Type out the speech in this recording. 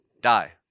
die